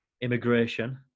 immigration